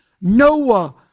Noah